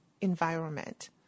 environment